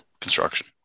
construction